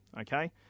Okay